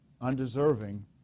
undeserving